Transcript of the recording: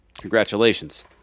congratulations